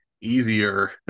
easier